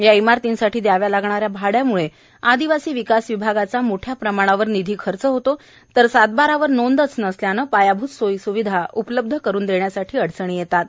या इमारतींसाठी दयाव्या लागणाऱ्या भाड्यांमुळे आदिवासी विकास विभागाचा मोठ्या प्रमाणावर निधी खर्च होतो तर सात बारावर नोंद नसल्यानं पायाभूत सोयीस्विधा उपलब्ध करून देण्यासाठी अडचणी येतात